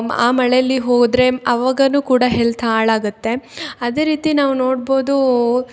ಆ ಮಳೇಲಿ ಹೋದರೆ ಅವಾಗ ಕೂಡ ಹೆಲ್ತ್ ಹಾಳಾಗುತ್ತೆ ಅದೇ ರೀತಿ ನಾವು ನೋಡ್ಬೋದೂ